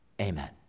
Amen